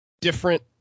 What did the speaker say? different